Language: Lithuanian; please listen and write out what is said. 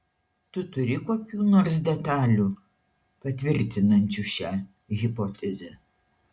tu turi kokių nors detalių patvirtinančių šią hipotezę